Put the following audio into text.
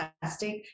fantastic